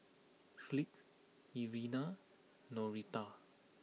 Fleet Irena Noretta